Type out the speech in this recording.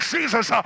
Jesus